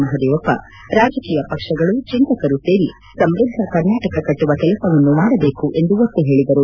ಮಹದೇವಪ್ಪ ರಾಜಕೀಯ ಪಕ್ಷಗಳು ಚಿಂತಕರು ಸೇರಿ ಸಮೃದ್ದ ಕರ್ನಾಟಕ ಕಟ್ನುವ ಕೆಲಸವನ್ನು ಮಾಡಬೇಕು ಎಂದು ಒತ್ತಿ ಹೇಳಿದರು